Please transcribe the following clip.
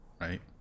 right